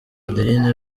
adeline